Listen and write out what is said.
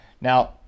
Now